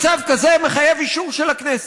מצב כזה מחייב אישור של הכנסת.